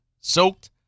soaked